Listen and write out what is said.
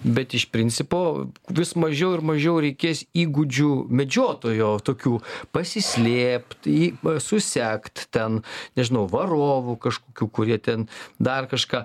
bet iš principo vis mažiau ir mažiau reikės įgūdžių medžiotojo tokių pasislėpt į susekt ten nežinau varovų kažkokių kurie ten dar kažką